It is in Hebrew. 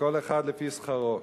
וכל אחד לפי שכרו.